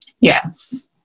yes